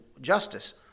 Justice